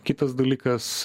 kitas dalykas